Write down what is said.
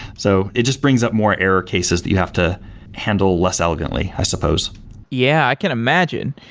so it just brings up more error cases that you have to handle less elegantly, i suppose yeah, i can imagine.